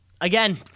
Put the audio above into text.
Again